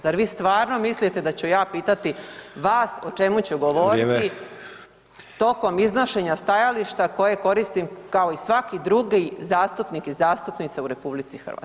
Zar vi stvarno mislite da ću ja pitati vas o čemu ću govoriti [[Upadica: Vrijeme.]] tokom iznošenja stajališta koje koristim kao i svaki drugi zastupnik i zastupnica u RH.